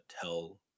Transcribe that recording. tell